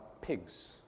pigs